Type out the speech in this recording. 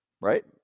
right